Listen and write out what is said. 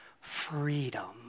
freedom